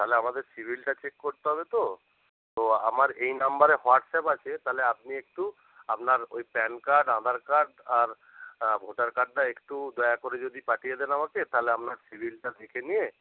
তাহলে আমাদের সিভিলটা চেক করতে হবে তো আমার এই নম্বরে হোয়াটসঅ্যাপ আছে তাহলে আপনি একটু আপনার ওই প্যান কার্ড আধার কার্ড আর ভোটার কার্ডটা একটু দয়া করে যদি পাঠিয়ে দেন আমাকে তাহলে আমরা সিভিলটা দেখে নিয়ে